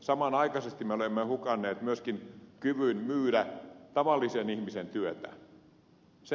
samanaikaisesti me olemme hukanneet myöskin kyvyn myydä tavallisen ihmisen työtä